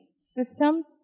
systems